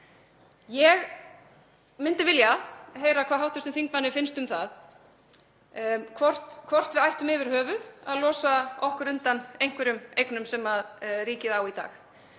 Ég myndi vilja heyra hvað hv. þingmanni finnst um það hvort við ættum yfir höfuð að losa okkur undan einhverjum eignum sem ríkið á í dag.